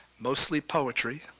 mostly poetry,